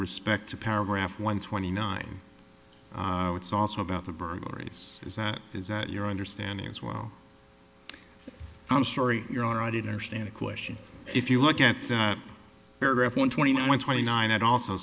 respect to paragraph one twenty nine it's also about the burglaries is that your understanding as well i'm sorry your honor i didn't understand the question if you look at the paragraph one twenty one twenty nine it also